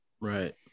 Right